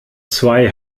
zwei